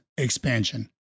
expansion